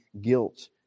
guilt